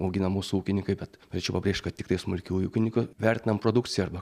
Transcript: augina mūsų ūkininkai bet norėčiau pabrėžt kad tiktai smulkiųjų ūkininkų vertinam produkcija arba